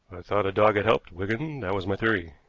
thought a dog had helped, wigan that was my theory,